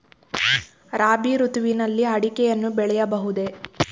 ರಾಬಿ ಋತುವಿನಲ್ಲಿ ಅಡಿಕೆಯನ್ನು ಬೆಳೆಯಬಹುದೇ?